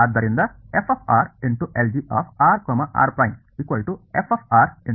ಆದ್ದರಿಂದ ಸರಿ